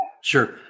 Sure